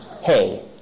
hey